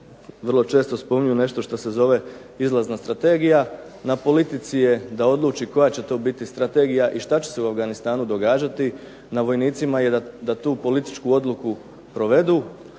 vrlo često spominju nešto što se zove izlazna strategija. Na politici je da odluči koja će to biti strategija i što će se u Afganistanu događati. Na vojnicima je da tu političku odluku provedu,